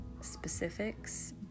specifics